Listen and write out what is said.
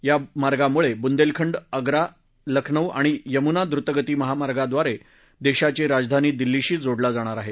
या मार्गामुळे बुंदेलखंड आग्रा लखनऊ आणि यमुना दुतगती महामार्गाद्वारे देशाची राजधानी दिल्लीशी जोडला जाणार आहे